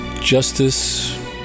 justice